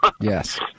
Yes